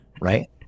right